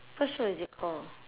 what show is it call